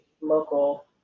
local